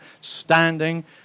standing